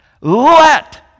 Let